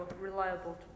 reliable